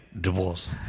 divorce